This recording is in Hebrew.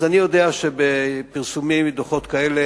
אז אני יודע שבפרסומים של דוחות כאלה